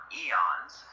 eons